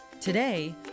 Today